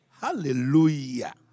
Hallelujah